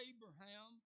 Abraham